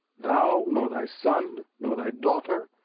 thou, nor thy son, nor thy daughter,